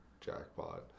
jackpot